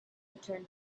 return